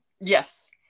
Yes